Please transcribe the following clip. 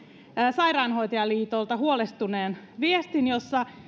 sairaanhoitajaliitolta huolestuneen viestin jossa